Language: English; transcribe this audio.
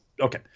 okay